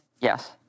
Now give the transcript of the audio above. Yes